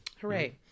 hooray